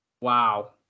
Wow